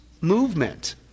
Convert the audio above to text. Movement